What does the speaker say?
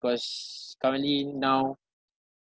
cause currently now